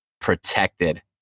protected